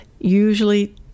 usually